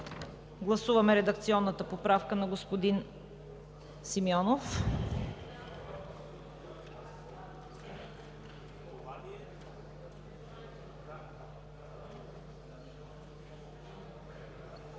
гласуваме редакционната поправка на господин Симеонов